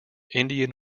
indian